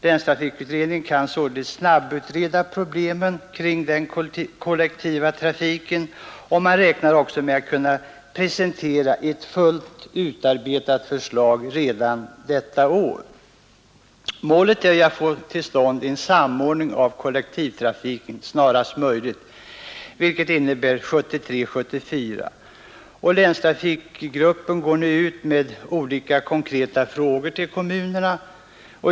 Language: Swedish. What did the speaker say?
Länstrafikutredningen kan således snabbutreda problemen kring den kollektiva trafiken, och man räknar med att kunna presentera ett fullt utarbetat förslag redan i år. Målet är ju att få till stånd en samordning av kollektivtrafiken snarast möjligt, vilket innebär 1973—1974. Länstrafikgruppen går ut med olika konkreta frågor till kommunerna.